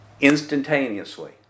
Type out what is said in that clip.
instantaneously